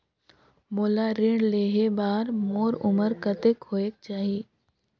मोला ऋण लेहे बार मोर उमर कतेक होवेक चाही?